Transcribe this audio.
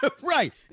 Right